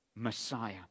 Messiah